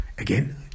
Again